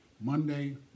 Monday